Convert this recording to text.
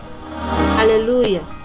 Hallelujah